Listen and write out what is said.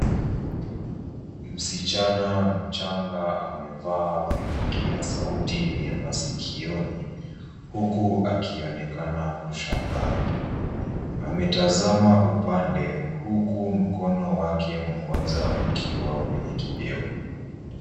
Msichana mchanga amevaa vipokea sauti vya masikioni, huku akionekana kushangaa. Ametazama upande huku mkono wake mmoja ukiwa kwenye kidevu.